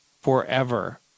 forever